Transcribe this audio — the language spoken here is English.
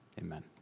amen